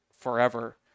forever